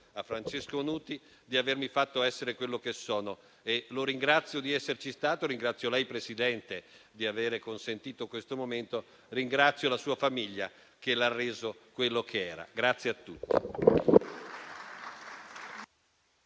a Francesco Nuti per avermi fatto essere quello che sono e lo ringrazio di esserci stato. E ringrazio lei signor Presidente di aver consentito questo momento e ringrazio la sua famiglia che l'ha reso quello che era.